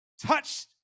Touched